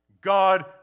God